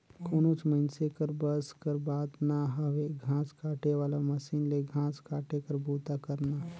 कोनोच मइनसे कर बस कर बात ना हवे घांस काटे वाला मसीन ले घांस काटे कर बूता करना